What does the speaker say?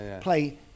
play